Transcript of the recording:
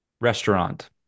Restaurant